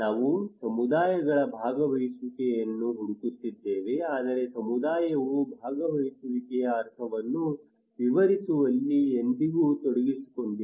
ನಾವು ಸಮುದಾಯಗಳ ಭಾಗವಹಿಸುವಿಕೆಯನ್ನು ಹುಡುಕುತ್ತಿದ್ದೇವೆ ಆದರೆ ಸಮುದಾಯವು ಭಾಗವಹಿಸುವಿಕೆಯ ಅರ್ಥವನ್ನು ವಿವರಿಸುವಲ್ಲಿ ಎಂದಿಗೂ ತೊಡಗಿಸಿಕೊಂಡಿಲ್ಲ